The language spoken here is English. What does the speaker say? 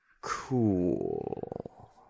Cool